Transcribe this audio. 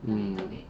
mm